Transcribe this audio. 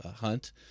hunt